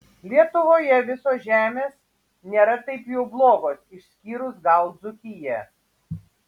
lietuvoje visos žemės nėra taip jau blogos išskyrus gal dzūkiją